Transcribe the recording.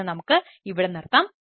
ഇന്ന് നമുക്ക് ഇവിടെ നിർത്താം